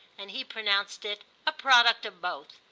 and he pronounced it a product of both.